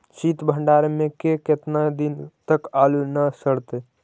सित भंडार में के केतना दिन तक आलू न सड़तै?